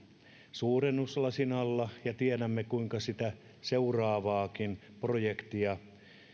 suurennuslasin alla ja tiedämme kuinka sitä seuraavaakin projektia